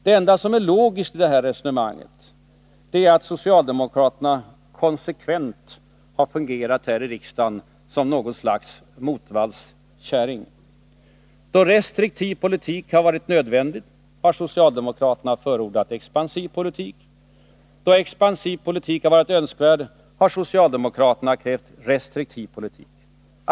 Det enda som är logiskt i det resonemanget är att socialdemokraterna konsekvent har fungerat här i riksdagen som något slags Motvalls käring. Då restriktiv politik har varit nödvändig, har socialdemokraterna förordat expansiv politik. Då expansiv politik har varit önskvärd, har socialdemokraterna krävt restriktiv politik.